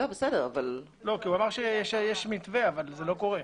הוא אמר שיש מתווה אבל זה לא קורה.